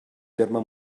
terme